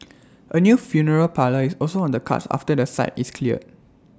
A new funeral parlour is also on the cards after the site is cleared